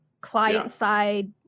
client-side